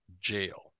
Jail